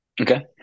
Okay